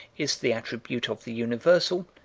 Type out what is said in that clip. is the attribute of the universal,